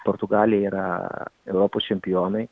portugalija yra europos čempionai